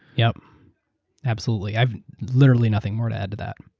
yeah absolutely. i've literally nothing more to add to that.